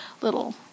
little